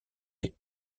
est